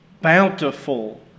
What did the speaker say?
bountiful